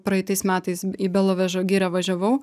praeitais metais į belovežo girią važiavau